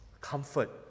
comfort